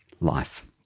life